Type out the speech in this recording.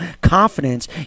confidence